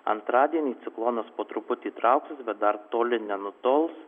antradienį ciklonas po truputį trauktis bet dar toli nenutols